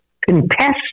contest